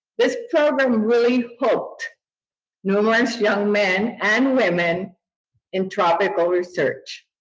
this program really hooked numerous young men and women in tropical research.